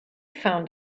found